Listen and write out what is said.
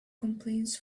complaints